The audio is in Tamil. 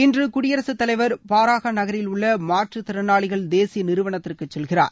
இன்று குடியரசுத் தலைவர் பாரஹா நகரில் உள்ள மாற்றுத்திறனாளிகள் தேசிய நிறுவனத்திற்கு செல்கிறார்